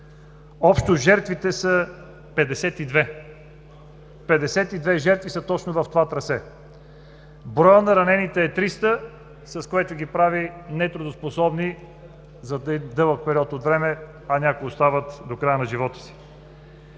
Общо жертвите са 52. Петдесет и две жертви са точно в това трасе. Броят на ранените е 300, а това ги прави нетрудоспособни за един дълъг период от време, някои остават до края на живота си.